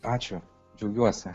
ačiū džiaugiuosi